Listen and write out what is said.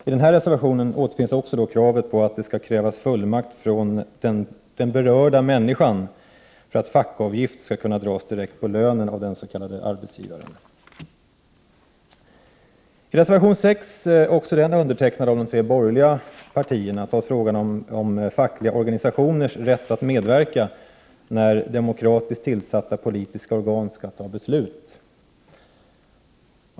I reservation 5 återfinns också kravet på att det skall krävas fullmakt från den berörda människan för att fackföreningsavgift skall kunna dras direkt från lönen av den s.k. arbetsgivaren. I reservation 6, också den undertecknad av de tre borgerliga partierna, behandlas frågan om fackliga organisationers rätt att medverka när demokratiskt tillsatta politiska organ skall fatta beslut.